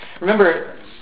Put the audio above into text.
Remember